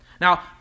Now